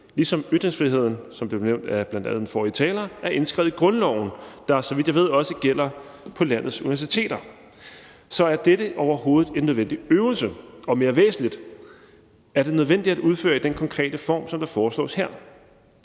indskrevet i grundloven, der, så vidt jeg ved, også gælder på landets universiteter. Så er dette overhovedet en nødvendig øvelse? Og mere væsentligt: Er det nødvendigt at udføre det i den konkrete form, som der foreslås her?